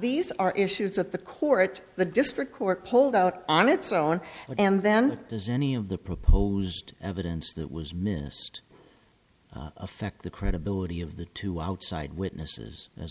these are issues that the court the district court pulled out on its own and then does any of the proposed evidence that was missed affect the credibility of the two outside witnesses as